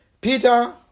Peter